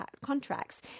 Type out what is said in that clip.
contracts